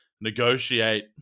Negotiate